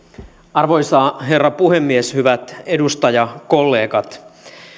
arvoisa herra puhemies hyvät edustajakollegat